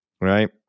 Right